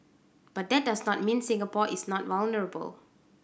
but that does not mean Singapore is not vulnerable